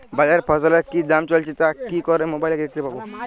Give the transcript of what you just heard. বাজারে ফসলের কি দাম চলছে তা কি করে মোবাইলে দেখতে পাবো?